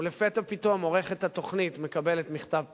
ולפתע פתאום עורכת התוכנית מקבלת מכתב פיטורים,